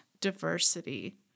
diversity